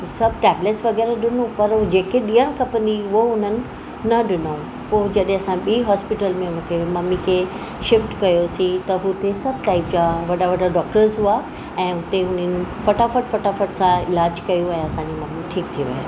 सभु टैब्लेट्स वग़ैरह ॾिनो पर जेके ॾियणु खपंदी हुई उहो उन्हनि न ॾिनऊ पोइ जॾहिं असां ॿी हॉस्पिटल में हुते मम्मी खे शिफ्ट कयोसि त हुते सभु टाइप जा वॾा वॾा डॉक्टर्स हुआ ऐं हुते हुननि फटाफट फटाफट सां इलाज कयो ऐं असांजी मम्मी ठीकु थी विया